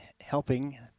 helping